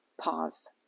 Pause